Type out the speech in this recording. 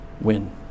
win